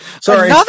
Sorry